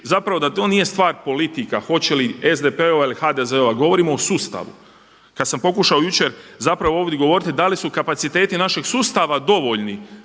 reći da to nije stvar politika hoće li SDP-ova ili HDZ-ova govorimo o sustavu. Kada sam pokušao jučer ovdje govoriti da li su kapaciteti našeg sustava dovoljni